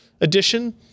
Edition